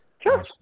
sure